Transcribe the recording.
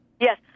Yes